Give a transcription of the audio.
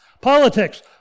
Politics